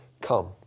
Come